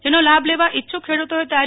જેનો લાભ લેવા ઈચ્છુક ખેડૂતોએ તા